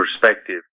perspective